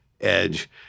edge